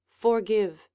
forgive